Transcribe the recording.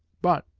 but,